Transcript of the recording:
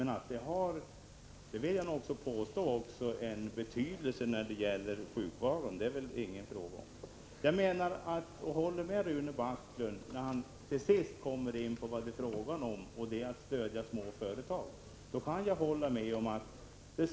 Men att den har en betydelse när det gäller sjukfrånvaron är det väl ingen som kan ifrågasätta. Jag håller med Rune Backlund när han till sist kommer in på vad det är — Prot. 1985/86:38 fråga om, nämligen att stödja småföretagen.